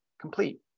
complete